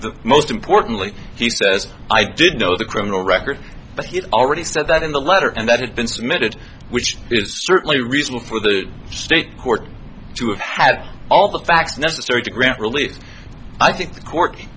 and most importantly he says i did know the criminal record but he already said that in the letter and that had been submitted which is certainly reasonable for the state court to have had all the facts necessary to grant relief i think the court